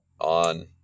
On